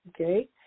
okay